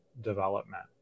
development